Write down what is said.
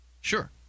Sure